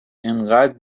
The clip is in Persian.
انقد